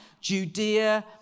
Judea